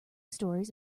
stories